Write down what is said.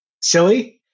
silly